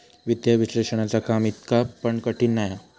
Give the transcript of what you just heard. वित्तीय विश्लेषणाचा काम इतका पण कठीण नाय हा